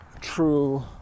true